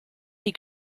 die